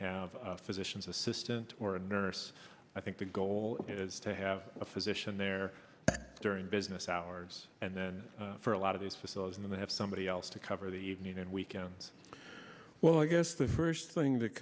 have a physician's assistant or a nurse i think the goal is to have a physician there during business hours and then for a lot of these facilities and they have somebody else to cover the meeting weekends well i guess the first thing th